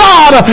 God